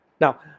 Now